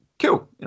Cool